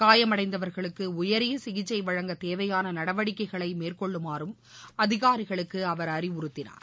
காயமடைந்தவர்களுக்கு உயரிய சிகிச்சை வழங்க தேவையான நடவடிக்கைகளை மேற்கொள்ளுமாறும் அதிகாரிகளுக்கு அவர் அறிவுறுத்தினார்